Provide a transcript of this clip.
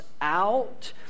out